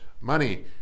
money